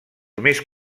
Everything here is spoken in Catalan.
més